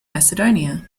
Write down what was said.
macedonia